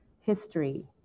history